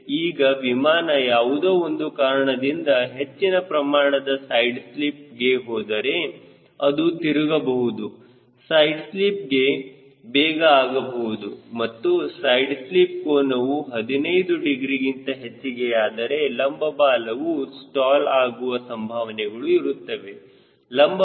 ಈಗ ವಿಮಾನ ಯಾವುದೋ ಒಂದು ಕಾರಣದಿಂದ ಹೆಚ್ಚಿನ ಪ್ರಮಾಣದ ಸೈಡ್ ಸ್ಲಿಪ್ಗೆ ಹೋದರೆ ಅದು ತಿರುಗಬಹುದು ಸೈಡ್ ಸ್ಲಿಪ್ ಬೇಗ ಆಗಬಹುದು ಮತ್ತು ಸೈಡ್ ಸ್ಲಿಪ್ ಕೋನವು 15 ಡಿಗ್ರಿಗಿಂತ ಹೆಚ್ಚಿಗೆ ಯಾದರೆ ಲಂಬ ಬಾಲವು ಸ್ಟಾಲ್ ಆಗುವ ಸಂಭಾವನೆಗಳು ಇರುತ್ತವೆ